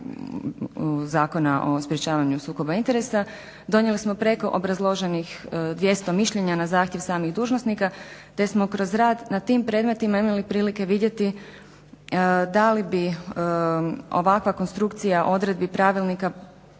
Zakona o sprečavanju sukoba interesa, donijeli smo preko obrazloženih 200 mišljenja na zahtjev samih dužnosnika te smo kroz rad na tim predmetima imali prilike vidjeti da li bi ovakva konstrukcija odredbi pravilnika